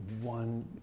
one